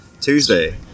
tuesday